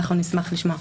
נשמח לשמוע.